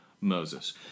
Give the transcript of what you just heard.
Moses